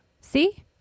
See